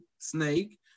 snake